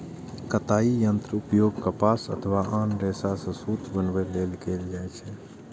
कताइ यंत्रक उपयोग कपास अथवा आन रेशा सं सूत बनबै लेल कैल जाइ छै